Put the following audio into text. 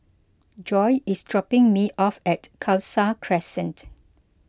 Joye is dropping me off at Khalsa Crescent